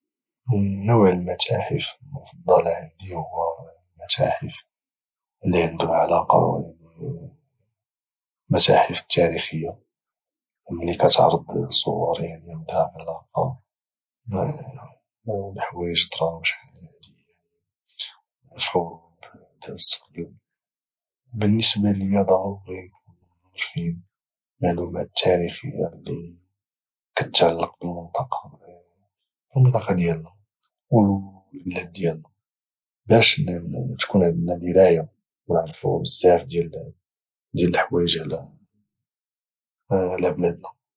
نوع المتاحف المفضله عندي هو المتاحف اللي عندها علاقه يعني المتاحف التاريخيه اللي كاتعرض صور يعني عندها علاقه الحوايج طراو شحال هذه يعني في حروب دازت قبل وبالنسبة ليا ضروري نكونو عارفين معلومات تاريخية اللي كتعلق بالمنطقة ديالنا والبلاد ديالنا باش تكون عندنا دراية ونعرفو بزاف ديال الحوايج على بلادنا